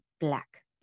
black